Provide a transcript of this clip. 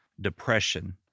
depression